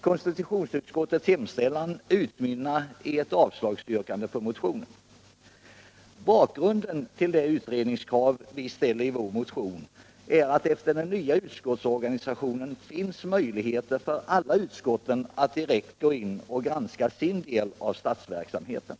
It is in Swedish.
Konstitutionsutskottets hemställan utmynnar i ett yrkande om avslag på motionen. Bakgrunden till det utredningskrav vi ställer i vår motion är att det efter införandet av den nya utskottsorganisationen finns möjligheter för alla utskott att direkt gå in och granska sin del av statsverksamheten.